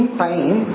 time